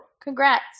Congrats